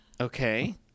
Okay